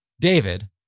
David